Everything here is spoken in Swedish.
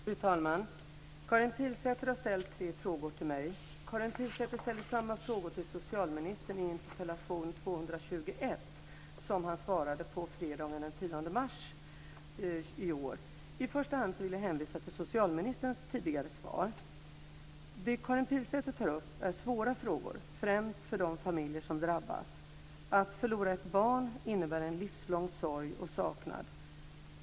Fru talman! Karin Pilsäter har ställt tre frågor till mig. Karin Pilsäter ställde samma frågor till socialministern i interpellation 1999/2000:221, som han svarade på fredagen den 10 mars 2000. I första hand vill jag hänvisa till socialministerns tidigare svar. Det Karin Pilsäter tar upp är svåra frågor, främst för de familjer som drabbas. Att förlora ett barn innebär en livslång sorg och saknad.